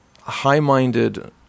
high-minded